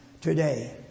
today